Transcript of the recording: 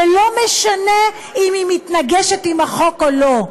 ולא משנה אם היא מתנגשת עם החוק או לא.